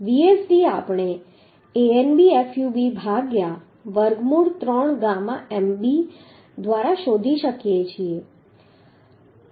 Vsd આપણે Anbfub ભાગ્યા વર્ગમૂળ 3 ગામા mb દ્વારા શોધી શકીએ છીએ